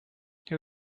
who